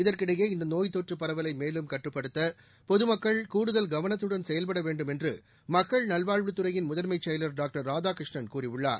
இதற்கிடையே இந்தநோய் தொற்றுபரவலைமேலும் கட்டுபடுத்தபொதுமக்கள் கூடுதல் கவனத்துடன் செயல்படவேன்டும் என்றுமக்கள் நல்வாழ்வுத் துறையின் முதன்மைசெயலர் டாக்டர் ராதாகிருஷ்ணன் கூறியுள்ளார்